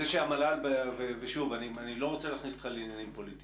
הוא דוח שבאמת נתן תמונת מצב על חלק מהמצב העגום